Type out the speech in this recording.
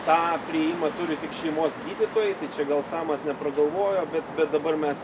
tą priėjimą turi tik šeimos gydytojai tai čia gal samas nepragalvojo bet bet dabar mes